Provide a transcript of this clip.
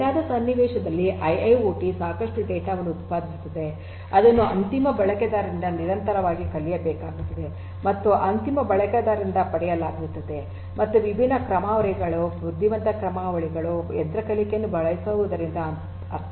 data ದ ಸನ್ನಿವೇಶದಲ್ಲಿ IIOT ಸಾಕಷ್ಟು ಡೇಟಾವನ್ನು ಉತ್ಪಾದಿಸುತ್ತದೆ ಅದನ್ನು ಅಂತಿಮ ಬಳಕೆದಾರರಿಂದ ನಿರಂತರವಾಗಿ ಕಲಿಯಬೇಕಾಗಿರುತ್ತದೆ ಮತ್ತು ಅಂತಿಮ ಬಳಕೆದಾರರಿಂದ ಪಡೆಯಲಾಗುತ್ತದೆ ಮತ್ತು ವಿಭಿನ್ನ ಕ್ರಮಾವಳಿಗಳು ಬುದ್ಧಿವಂತ ಕ್ರಮಾವಳಿಗಳು ಯಂತ್ರ ಕಲಿಕೆಯನ್ನು ಬಳಸುವುದರಿಂದ ಅರ್ಥೈಸಿಕೊಳ್ಳಬೇಕಾಗುತ್ತದೆ